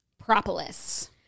Propolis